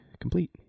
complete